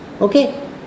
Okay